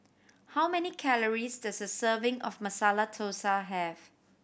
how many calories does a serving of Masala Dosa have